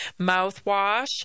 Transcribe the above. mouthwash